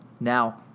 Now